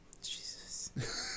Jesus